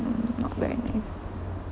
mm not very nice